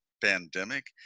pandemic